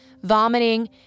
vomiting